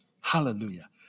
hallelujah